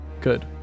Good